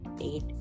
eight